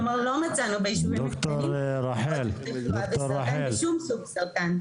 כלומר לא מצאנו ביישובים הקטנים עודף תחלואה בסרטן בשום סוג סרטן.